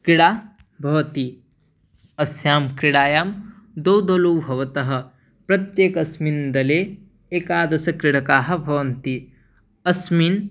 क्रीडा भवति अस्यां क्रीडायां द्वौ दलौ भवतः प्रत्येकस्मिन् दले एकादश क्रीडकाः भवन्ति अस्मिन्